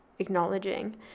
acknowledging